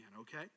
okay